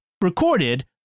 recorded